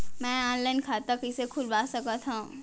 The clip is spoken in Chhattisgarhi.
मैं ऑनलाइन खाता कइसे खुलवा सकत हव?